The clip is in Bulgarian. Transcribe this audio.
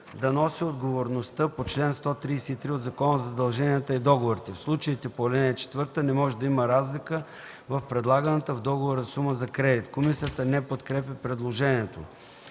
да носи отговорността по чл. 133 от Закона за задълженията и договорите. В случаите по ал. 4 не може да има разлика в предлаганата в договора сума за кредит.” Комисията не подкрепя предложението.